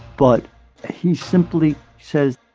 but he simply says,